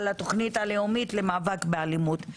על התכנית הלאומית למאבק באלימות.